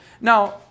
Now